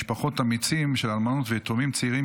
משפחות "אמיצים" של אלמנות ויתומים צעירים